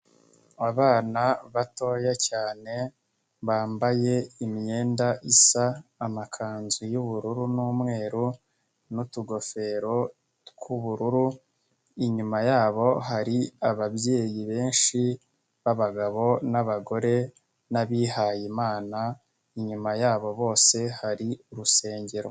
Abana batoya cyane bambaye imyenda isa amakanzu y'ubururu n'umweru n'utugofero tw'ubururu, inyuma yabo hari ababyeyi benshi b'abagabo n'abagore n'abihayimana, inyuma yabo bose hari urusengero.